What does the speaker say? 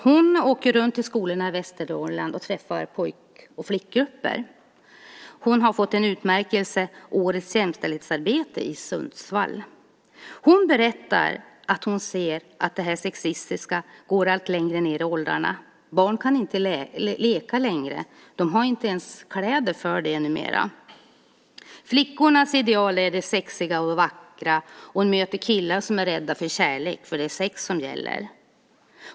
Hon åker runt till skolorna i Västernorrland och träffar pojk och flickgrupper. Hon har fått en utmärkelse för årets jämställdhetsarbete i Sundsvall. Hon berättar att hon ser att det sexistiska går allt längre ned i åldrarna. Barn kan inte leka längre. De har inte ens kläder för det. Flickornas ideal är det sexiga och vackra. Hon möter killar som är rädda för kärlek, för det är sex som gäller.